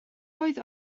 oedd